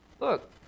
look